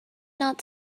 not